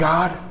God